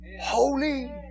Holy